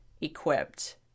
equipped